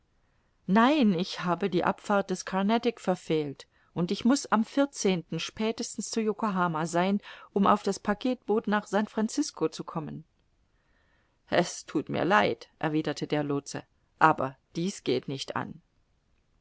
nein ich habe die abfahrt des carnatic verfehlt und ich muß am spätesten zu yokohama sein um auf das packetboot nach san francisco zu kommen es thut mir leid erwiderte der lootse aber dies geht nicht an